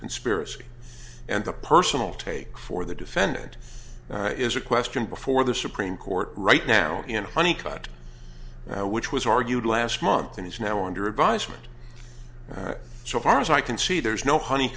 conspiracy and the personal take for the defendant is a question before the supreme court right now and honey cut which was argued last month and is now under advisement so far as i can see there's no honey